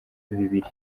bibiri